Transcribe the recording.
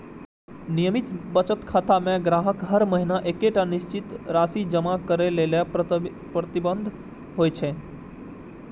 नियमित बचत खाता मे ग्राहक हर महीना एकटा निश्चित राशि जमा करै लेल प्रतिबद्ध होइ छै